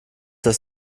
das